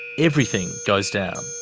everything goes down.